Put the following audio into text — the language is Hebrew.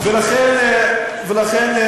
תברך את